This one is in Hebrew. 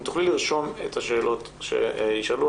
אם תוכלי לרשום את השאלות שישאלו,